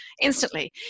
instantly